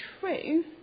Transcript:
true